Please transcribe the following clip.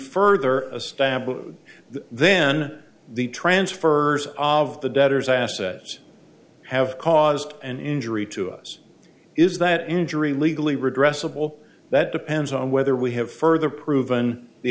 further a stamp then the transfers of the debtors assets have caused an injury to us is that injury legally regressive all that depends on whether we have further proven the